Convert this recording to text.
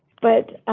but.